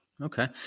Okay